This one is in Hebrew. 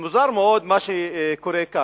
מוזר מאוד מה שקורה כאן.